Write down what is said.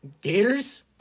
Gators